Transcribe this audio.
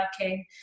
working